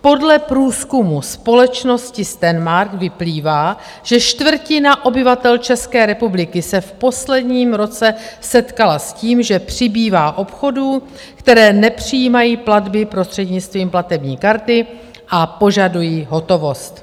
Podle průzkumu společnosti STEM/MARK vyplývá, že čtvrtina obyvatel České republiky se v posledním roce setkala s tím, že přibývá obchodů, které nepřijímají platby prostřednictvím platební karty a požadují hotovost.